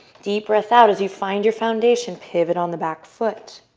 deep breath out as you find your foundation. pivot on the back foot.